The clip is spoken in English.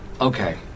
okay